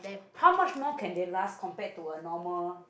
how much more can they last compared to a normal